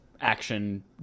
action